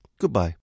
goodbye